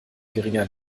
geringer